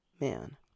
man